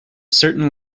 certain